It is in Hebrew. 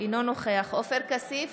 אינו נוכח עופר כסיף,